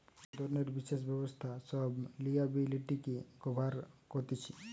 এক ধরণের বিশেষ ব্যবস্থা সব লিয়াবিলিটিকে কভার কতিছে